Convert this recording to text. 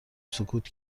سکوت